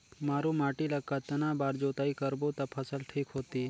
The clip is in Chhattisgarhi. मारू माटी ला कतना बार जुताई करबो ता फसल ठीक होती?